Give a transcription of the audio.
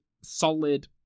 solid